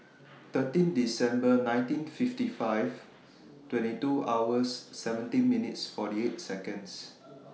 thirteen December nineteen fifty five twenty two hours seventeen minutes forty eight Seconds